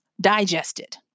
digested